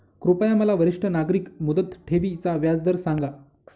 कृपया मला वरिष्ठ नागरिक मुदत ठेवी चा व्याजदर सांगा